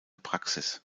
praxis